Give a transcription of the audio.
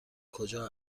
کجا